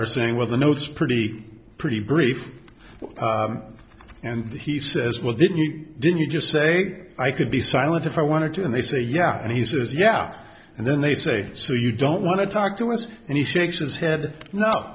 are saying well the notes pretty pretty brief and he says well didn't you did you just say i could be silent if i wanted to and they say yeah and he says yeah and then they say so you don't want to talk to us and he shakes his head no